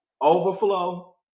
overflow